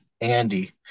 andy